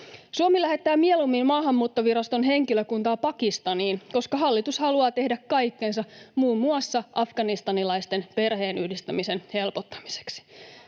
Suomi lähettää mieluummin Maahanmuuttoviraston henkilökuntaa Pakistaniin, koska hallitus haluaa tehdä kaikkensa muun muassa afganistanilaisten perheenyhdistämisen helpottamiseksi.